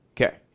Okay